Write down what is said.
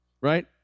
right